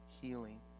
healing